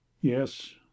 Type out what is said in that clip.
yes